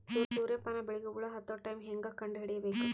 ಸೂರ್ಯ ಪಾನ ಬೆಳಿಗ ಹುಳ ಹತ್ತೊ ಟೈಮ ಹೇಂಗ ಕಂಡ ಹಿಡಿಯಬೇಕು?